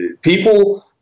people